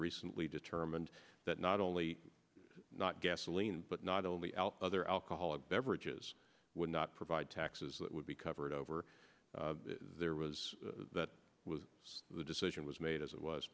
recently determined that not only not gasoline but not only else other alcoholic beverages would not provide taxes that would be covered over there was that was the decision was made as it was